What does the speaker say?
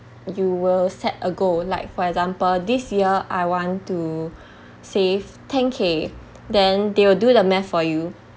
you will set a goal like for example this year I want to save ten K then they will do the math for you